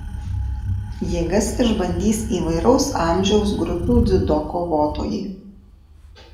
jėgas išbandys įvairaus amžiaus grupių dziudo kovotojai